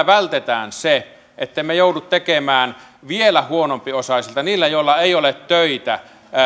vältetään se ettemme joudu vielä huonompiosaisilta niiltä joilla ei ole töitä tekemään yhden